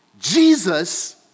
Jesus